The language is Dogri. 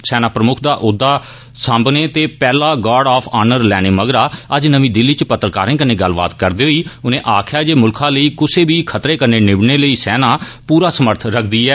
सेना प्रमुक्ख दा औहदा सांमने ते पैहला गार्ड ऑफ आर्नर लैने मंगरा अज्ज नमी दिल्ली इच पत्रकारें कन्नै गल्लबात करदे होई उनें आक्खेया जे मुल्खा लेई कुसै बी खतरें कन्नै निब्बड़ने लेई सेना पूरा समर्थ रक्खदी ऐ